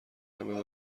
همه